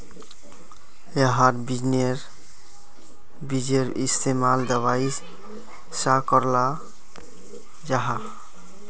याहार बिजेर इस्तेमाल दवाईर सा कराल जाहा